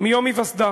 מיום היווסדה,